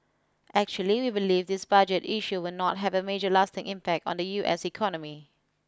actually we believe this budget issue will not have a major lasting impact on the U S economy